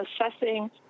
assessing